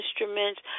instruments